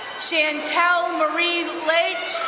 shantelle marie lates,